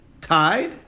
tied